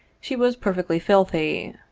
she was perfectly filthy.